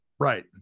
right